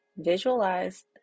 Visualize